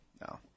No